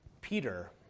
Peter